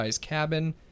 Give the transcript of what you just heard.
cabin